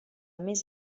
més